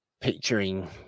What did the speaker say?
picturing